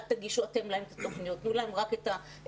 אל תגישו אתם את התוכניות להם אלא תנו להם את המסגרת.